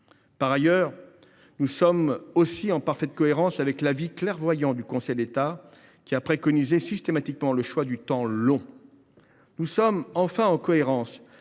en 1998. Nous sommes également en parfaite cohérence avec l’avis clairvoyant du Conseil d’État, qui a préconisé systématiquement le choix du temps long. Nous sommes enfin en cohérence